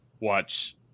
watch